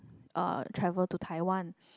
uh travel to Taiwan